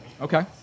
Okay